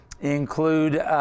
include